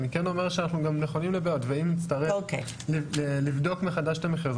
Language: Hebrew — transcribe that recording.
אני כן אומר שאנחנו גם נכונים לבעיות ואם נצטרך לבדוק מחדש את המחיר,